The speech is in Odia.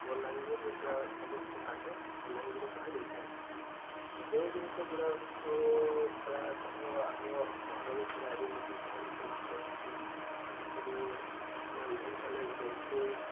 ବଲାଙ୍ଗୀରରୁ ପ୍ରାୟ ସମସ୍ତ କାର୍ଯ୍ୟ ବଲାଙ୍ଗୀରେ କରାଯାଇଥାଏ ଯେଉଁ ଜିନିଷ ଗୁଡ଼ାକ ପ୍ରାୟତଃ ଆଗ ସହରରେ ଥିଲା ଏବେ ମଧ୍ୟ ଗାଁ ଉପଲବ୍ଧ ହେଇଯାଇଛିି ଯେପରି ବର୍ତ୍ତମାନ ଇଣ୍ଟରନେଟ୍ ବ୍ୟାଙ୍କିଂ